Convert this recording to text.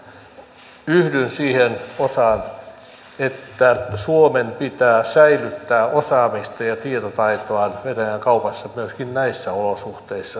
yhdyn siihen osaan että suomen pitää säilyttää osaamista ja tietotaitoaan venäjän kaupassa myöskin näissä olosuhteissa